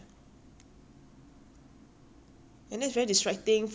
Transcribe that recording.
and that's very distracting for the people in class also